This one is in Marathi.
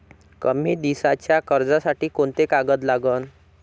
कमी दिसाच्या कर्जासाठी कोंते कागद लागन?